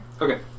Okay